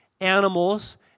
animals